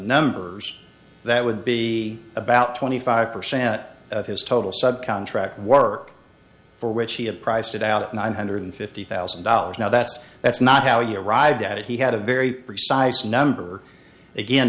numbers that would be about twenty five percent of his total subcontract work for which he had priced it out at nine hundred fifty thousand dollars now that's that's not how you arrived at it he had a very precise number again